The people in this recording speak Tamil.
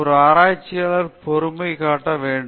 ஒரு ஆராய்ச்சியாளர் பொறுப்பைக் காட்ட வேண்டும்